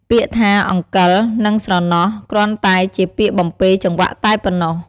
ពាក្យថា "អង្កិល" និង "ស្រណោះ" គ្រាន់តែជាពាក្យបំពេរចង្វាក់តែប៉ុណ្ណោះ។